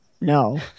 No